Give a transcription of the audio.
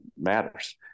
matters